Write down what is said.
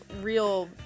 real